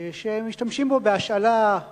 שמשתמשים בו בהשאלה,